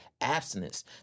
abstinence